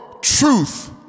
truth